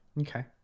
okay